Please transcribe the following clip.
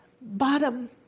bottom